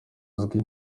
azwi